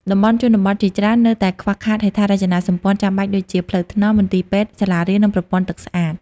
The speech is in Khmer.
តំបន់ជនបទជាច្រើននៅតែខ្វះខាតហេដ្ឋារចនាសម្ព័ន្ធចាំបាច់ដូចជា ផ្លូវថ្នល់ មន្ទីរពេទ្យ សាលារៀន និងប្រព័ន្ធទឹកស្អាត។